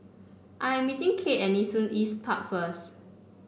I am meeting Cade at Nee Soon East Park first